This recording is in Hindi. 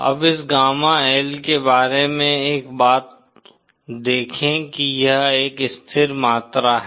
अब इस गामा L के बारे में एक बात देखें कि यह एक स्थिर मात्रा है